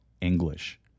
English